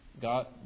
God